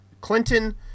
Clinton